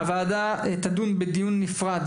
יב׳- הוועדה תדון בדיון נפרד,